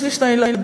יש לי שני ילדים,